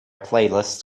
playlist